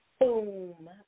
boom